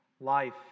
life